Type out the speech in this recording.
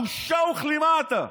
בושה וכלימה אתה.